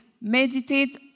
meditate